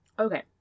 Okay